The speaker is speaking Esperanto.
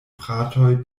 fratoj